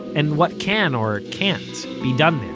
and what can, or can't, be done there